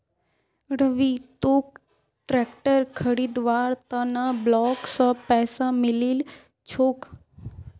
रवि तोक ट्रैक्टर खरीदवार त न ब्लॉक स पैसा मिलील छोक